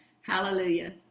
Hallelujah